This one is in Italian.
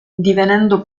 divenendo